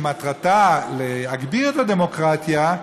שמטרתה להגביר את הדמוקרטיה,